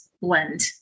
blend